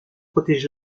protéger